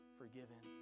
forgiven